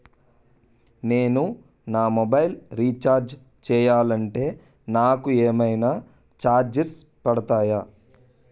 నేను నా mobile recharge చేయాలంటే నాకు ఏమైనా చార్జెస్ పడతాయా?